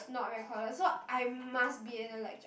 not recorded so I must be at the lecture